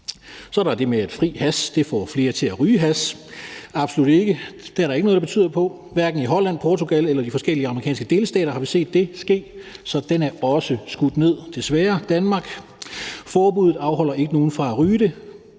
Så er der det med, at fri hash får flere til at ryge hash. Det er der absolut ikke noget der tyder på. Hverken i Holland, Portugal eller i de forskellige amerikanske delstater har vi set det ske. Så den er også skudt ned, desværre, Danmark. Forbuddet afholder ikke nogen fra at ryge det,